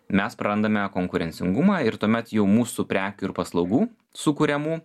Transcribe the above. mes prarandame konkurencingumą ir tuomet jau mūsų prekių ir paslaugų sukuriamų